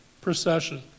procession